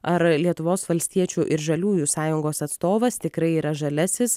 ar lietuvos valstiečių ir žaliųjų sąjungos atstovas tikrai yra žaliasis